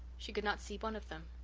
she could not see one of them.